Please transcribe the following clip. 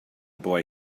boy